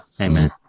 Amen